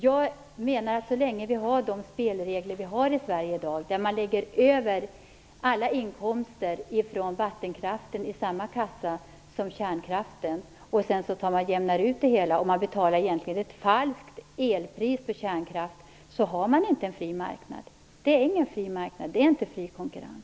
Jag menar att så länge vi har de spelregler som finns i Sverige i dag, där alla inkomster från vattenkraften läggs i samma kassa som kärnkraften, där allt jämnas ut och ett falskt elpris betalas på kärnkraften, då råder inte en fri marknad. Det är inte fri konkurrens.